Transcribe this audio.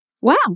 Wow